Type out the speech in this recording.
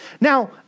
Now